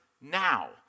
now